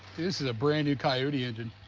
this is a brand new coyote engine.